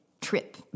trip